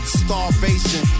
starvation